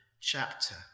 chapter